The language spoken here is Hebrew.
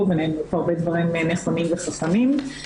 ונאמרו פה הרבה דברים נכונים וחכמים,